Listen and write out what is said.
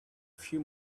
few